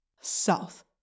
South